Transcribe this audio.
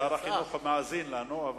שר החינוך מאזין לנו.